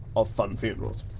of funn funerals.